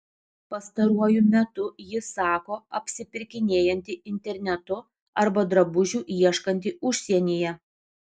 pastaruoju metu ji sako apsipirkinėjanti internetu arba drabužių ieškanti užsienyje